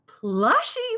plushy